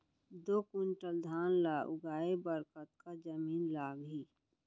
दो क्विंटल धान ला उगाए बर कतका जमीन लागही?